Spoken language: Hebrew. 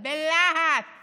בלהט